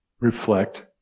Reflect